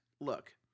look